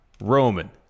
Roman